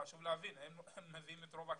חשוב להבין שהם מביאים את רוב הכסף,